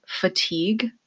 fatigue